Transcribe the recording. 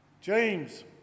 James